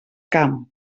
camp